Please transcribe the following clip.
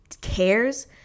cares